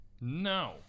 No